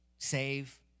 Save